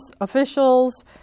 officials